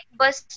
bus